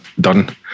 done